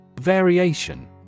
Variation